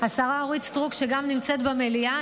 שנמצאת במליאה,